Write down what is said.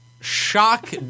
shock